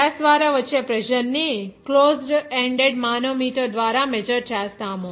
gas ద్వారా వచ్చే pressure ని క్లోజ్డ్ ఎండెడ్ మానోమీటర్ ద్వారా మెజర్ చేస్తాము